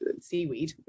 seaweed